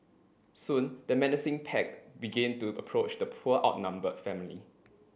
soon the menacing pack began to approach the poor outnumbered family